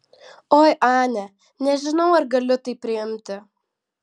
oi ane nežinau ar galiu tai priimti